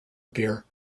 beer